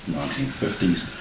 1950s